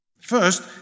First